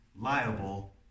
liable